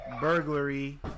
burglary